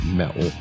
metal